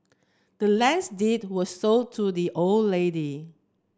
the land's deed was sold to the old lady